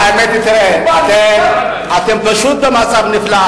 האמת היא, תראה, אתם פשוט במצב נפלא.